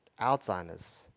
Alzheimer's